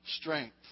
strength